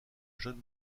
john